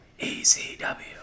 ECW